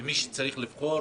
ומי שצריך לבחור,